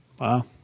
Wow